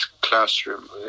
classroom